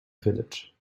village